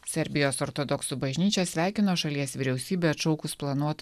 serbijos ortodoksų bažnyčia sveikino šalies vyriausybę atšaukus planuotą